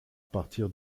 partir